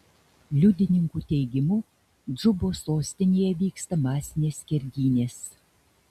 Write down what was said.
liudininkų teigimu džubos sostinėje vyksta masinės skerdynės